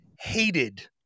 hated